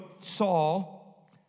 Saul